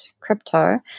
crypto